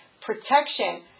protection